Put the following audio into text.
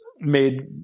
made